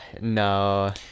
No